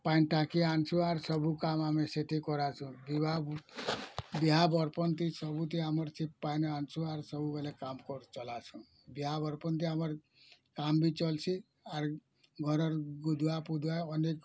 ପାନିଟାଙ୍କି ଆନଛୁ ଆର ସବୁ କାମ ଆମେ ସେଠି କରାସୁ ବିବାହ ବିହା ବରପଣ ଥି ସବୁଥି ଆମର ସେ ପାନ ଆଣସୁ ଆର ସବୁବେଲେ କାମ କର ଚଲାଛୁ ବିହା ବର ଆମର କାମ ବି ଚଲସି ଆର ଘରେ ଗୁଧୁଆ ପୁଧୁଆ ଅନେକ